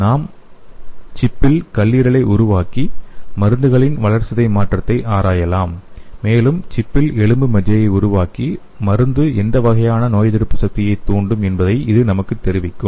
நாம் சில்லில் கல்லீரலை உருவாக்கி மருந்துகளின் வளர்சிதை மாற்றத்தை ஆராயலாம் மேலும் சிப்பில் எலும்பு மஜ்ஜை உருவாக்கி மருந்து எந்த வகையான நோயெதிர்ப்பு சக்தியைத் தூண்டும் என்பதை இது நமக்கு தெரிவிக்கும்